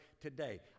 today